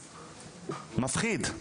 מפחיד,